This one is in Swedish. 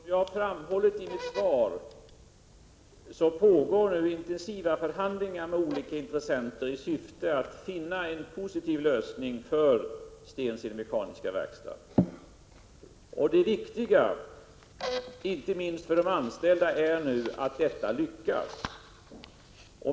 Herr talman! Som jag framhållit i mitt svar pågår intensiva förhandlingar med olika intressenter i syfte att finna en positiv lösning på Stensele Mekaniska Verkstad. Det viktiga, inte minst för de anställda, är att detta lyckas.